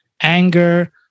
anger